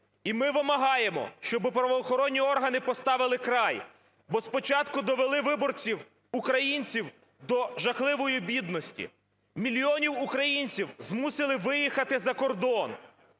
І ми вимагаємо, щоби правоохоронні органи поставили край, бо спочатку довели виборців, українців до жахливої бідності, мільйони українців змусили виїхати за кордон.